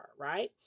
right